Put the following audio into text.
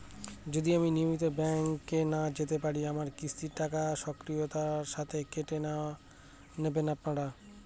আমি যদি নিয়মিত ব্যংকে না যেতে পারি আমার কিস্তির টাকা স্বকীয়তার সাথে কেটে নেবেন আপনারা?